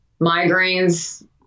migraines